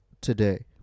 today